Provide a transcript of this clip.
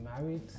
married